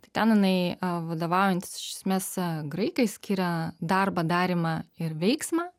tai ten jinai vadovaujantis iš esmės graikais skiria darbą darymą ir veiksmą